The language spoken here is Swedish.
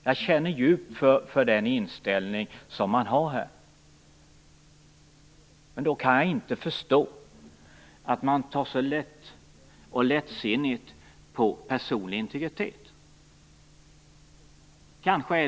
Jag känner djupt för den inställningen. Men då kan jag inte förstå att man tar så lättsinnigt på personlig integritet.